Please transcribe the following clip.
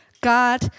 God